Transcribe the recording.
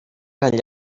enllà